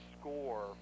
score